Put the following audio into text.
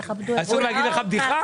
אסור להגיד לך בדיחה?